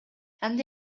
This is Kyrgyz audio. анда